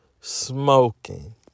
smoking